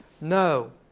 No